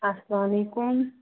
اسلامُ علیکُم